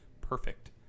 perfect